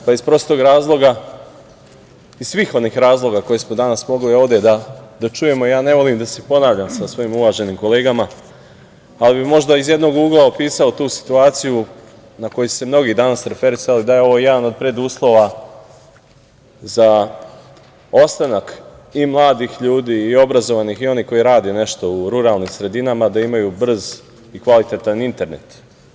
Pa iz prostog razloga, iz svih onih razloga koje smo danas mogli ovde da čujemo, ja ne volim da se ponavljam sa svojim uvaženim kolegama, ali bih možda iz jednog ugla opisao tu situaciju na koju su se mnogi danas referisali da je ovo jedan od preduslova za ostanak i mladih ljudi i obrazovanih i onih koji rade nešto u ruralnim sredinama, da imaju brz i kvalitetan internet.